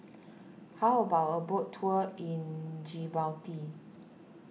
how about a boat tour in Djibouti